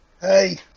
Hey